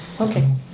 Okay